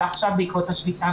ועכשיו בעקבות השביתה.